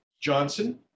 Johnson